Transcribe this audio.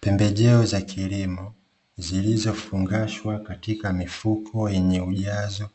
Pembejeo za kilimo zilizofungashwa katika mifuko yenye ujazo